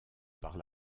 par